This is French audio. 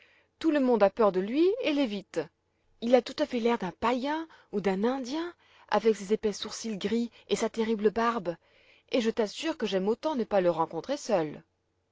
tout le monde a peur de lui et l'évite il a tout à fait l'air d'un païen ou d'un indien avec ses épais sourcils gris et sa terrible barbe et je t'assure que j'aime autant ne pas le rencontrer seule